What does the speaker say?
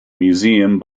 museum